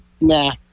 Nah